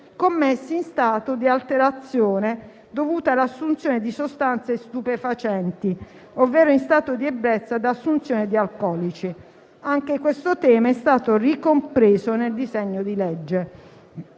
commessi in stato di alterazione, dovuta all'assunzione di sostanze stupefacenti ovvero in stato di ebbrezza da assunzione di alcolici. Anche questo tema è stato ricompreso nel disegno di legge.